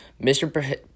Mr